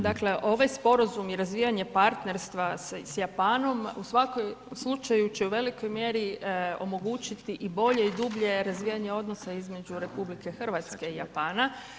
Dakle ovaj Sporazum i razvijanje partnerstva s Japanom u svakom slučaju će u velikoj mjeri omogućiti i bolje i dublje razvijanje odnosa između RH i Japana.